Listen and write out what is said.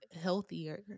healthier